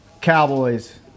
Cowboys